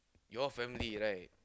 your family right